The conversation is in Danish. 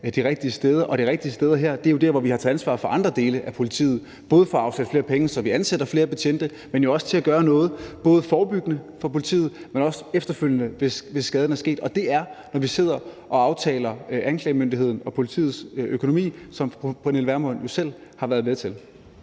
det rigtige sted her er jo der, hvor vi har taget ansvaret for andre dele af politiet, både fået afsat flere penge, så vi ansætter flere betjente, men jo også for at gøre noget forebyggende for politiet og efterfølgende, hvis skaden er sket, og det er, når vi sidder og laver aftalen om anklagemyndigheden og politiets økonomi, som fru Pernille Vermund jo selv har været med til.